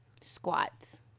squats